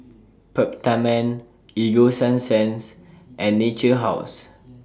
Peptamen Ego Sunsense and Natura House